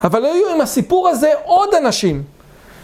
אבל היו עם הסיפור הזה עוד אנשים.